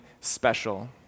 special